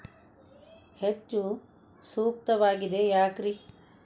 ಹೆಚ್ಚು ಸೂಕ್ತವಾಗಿದೆ ಯಾಕ್ರಿ?